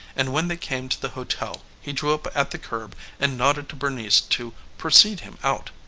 and when they came to the hotel he drew up at the curb and nodded to bernice to precede him out.